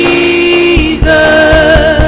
Jesus